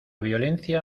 violencia